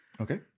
okay